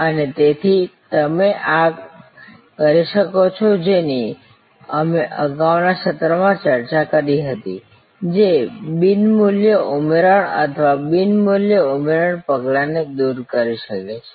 અને તેથી તમે આ કરી શકો છો જેની અમે અગાઉના સત્રમાં ચર્ચા કરી હતી જે બિન મૂલ્ય ઉમેરણ અથવા બિન મૂલ્ય ઉમેરણ પગલાં ને દૂર કરે છે